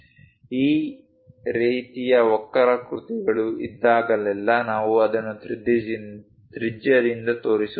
ಈ ರೀತಿಯ ವಕ್ರಾಕೃತಿಗಳು ಇದ್ದಾಗಲೆಲ್ಲಾ ನಾವು ಅದನ್ನು ತ್ರಿಜ್ಯದಿಂದ ತೋರಿಸುತ್ತೇವೆ